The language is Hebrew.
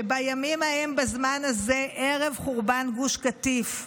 שבימים ההם בזמן הזה, ערב חורבן גוש קטיף,